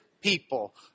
people